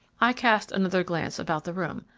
i cast another glance about the room.